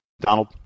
Donald